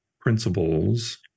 principles